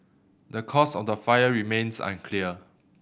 the cause of the fire remains unclear